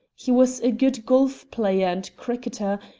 he was a good golf player and cricketer,